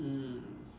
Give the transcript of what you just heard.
mm